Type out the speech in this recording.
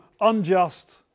unjust